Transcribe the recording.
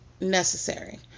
Necessary